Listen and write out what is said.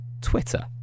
twitter